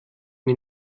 mir